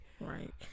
Right